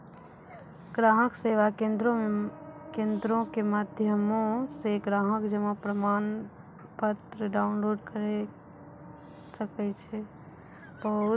ग्राहक सेवा केंद्रो के माध्यमो से ग्राहक जमा प्रमाणपत्र डाउनलोड करे सकै छै